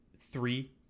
three